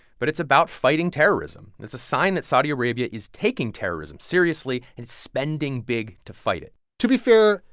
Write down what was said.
but it's about fighting terrorism. and it's a sign that saudi arabia is taking terrorism seriously and spending big to fight it to be fair,